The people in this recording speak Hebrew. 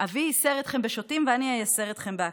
אבי יִסַר אתכם בשוטים ואני איַסֵר אתכם בעקרבים".